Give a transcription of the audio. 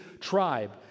tribe